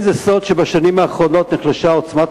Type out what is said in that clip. זה לא סוד שבשנים האחרונות נחלשה עוצמת